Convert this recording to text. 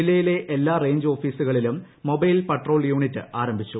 ജില്ലയിലെ എല്ലാ റേഞ്ച് ഓഫീസുകളിലും മൊബൈൽ പട്രോൾ യൂണിറ്റ് ആരംഭിച്ചു